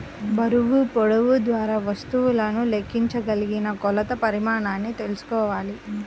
బరువు, పొడవు ద్వారా వస్తువులను లెక్కించగలిగిన కొలత ప్రమాణాన్ని తెల్సుకోవాలి